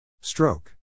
Stroke